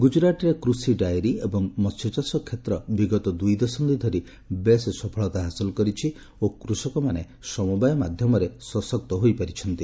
ଗୁଜରାଟରେ କୃଷି ଡାଏରୀ ଏବଂ ମହ୍ୟ ଚାଷ କ୍ଷେତ୍ର ବିଗତ ଦୁଇ ଦଶନ୍ଧି ଧରି ବେଶ୍ ସଫଳତା ହାସଲ କରିଛି ଓ କୃଷକମାନେ ସମବାୟ ମାଧ୍ୟମରେ ସଶକ୍ତ ହୋଇପାରିଛନ୍ତି